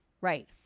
Right